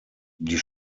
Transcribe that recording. die